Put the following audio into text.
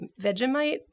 Vegemite